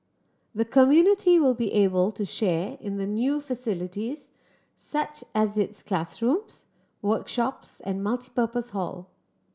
the community will be able to share in the new facilities such as its classrooms workshops and multipurpose hall